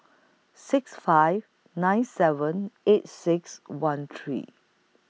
six five nine seven eight six one three